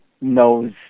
knows